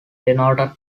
denoted